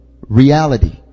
reality